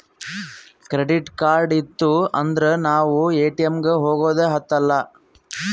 credit card ಇತ್ತು ಅಂದುರ್ ನಾವ್ ಎ.ಟಿ.ಎಮ್ ಗ ಹೋಗದ ಹತ್ತಲಾ